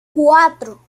cuatro